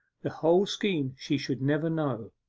the whole scheme she should never know.